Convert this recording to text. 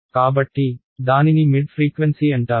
కాబట్టి దానిని mid frequency అంటారు